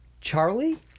Charlie